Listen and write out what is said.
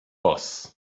boss